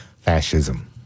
fascism